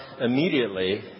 immediately